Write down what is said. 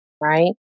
right